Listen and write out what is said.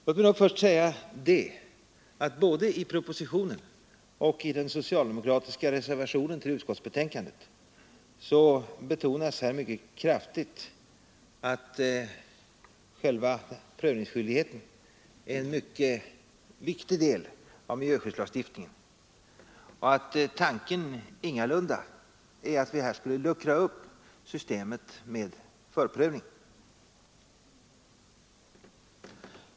Låt mig då först säga att både i propositionen och i den socialdemokratiska reservationen till utskottets betänkande har mycket kraftigt betonats att själva prövningsskyldigheten är en mycket viktig del i miljöskyddslagstiftningen och att tanken ingalunda är att vi här skulle luckra upp systemet med förprövning.